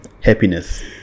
happiness